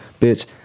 bitch